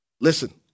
Listen